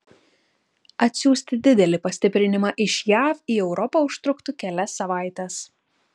atsiųsti didelį pastiprinimą iš jav į europą užtruktų kelias savaites